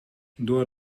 door